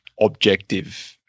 objective